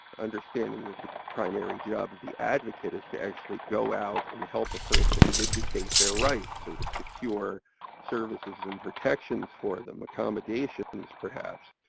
understanding that the primary job of the advocate is to actually go out and help a person vindicate their rights, or to secure services and protections for them, accommodations perhaps,